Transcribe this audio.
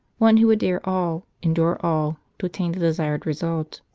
one who would dare all, endure all, to attain the desired result.